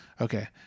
okay